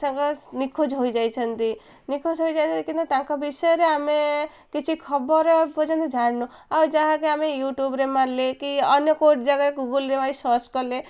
ସାଙ୍ଗ ନିଖୋଜ ହୋଇଯାଇଛନ୍ତି ନିଖୋଜ ହୋଇଯାଇ କିନ୍ତୁ ତାଙ୍କ ବିଷୟରେ ଆମେ କିଛି ଖବର ଏପର୍ଯ୍ୟନ୍ତ ଜାଣିନୁ ଆଉ ଯାହାକି ଆମେ ୟୁଟ୍ୟୁବ୍ରେ ମାରିଲେ କି ଅନ୍ୟ କେଉଁ ଜାଗାରେ ଗୁଗୁଲ୍ରେ ମାରି ସର୍ଚ୍ଚ କଲେ